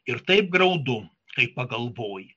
ir taip graudu kai pagalvoji